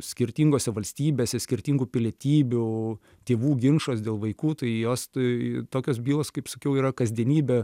skirtingose valstybėse skirtingų pilietybių tėvų ginčas dėl vaikų tai jos tai tokios bylos kaip sakiau yra kasdienybė